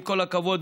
עם כל הכבוד,